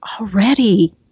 already